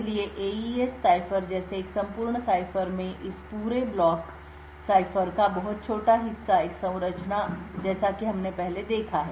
इसलिए AES cipher जैसे एक संपूर्ण सिफर में इस पूरे ब्लॉक सिफर का बहुत छोटा हिस्सा एक संरचना है जैसा कि हमने पहले देखा है